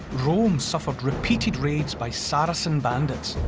rome suffered repeated raids by saracen bandits.